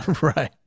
Right